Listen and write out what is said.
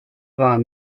war